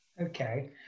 Okay